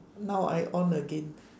now I on again